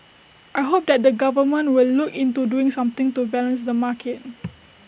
I hope that the government will look into doing something to balance the market